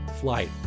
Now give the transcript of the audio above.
flight